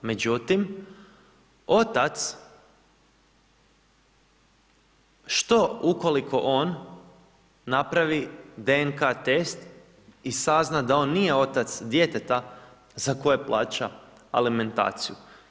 Međutim, otac, što ukoliko on napravi DNK test i sazna da on nije otac djeteta za koje plaća alimentaciju?